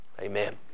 Amen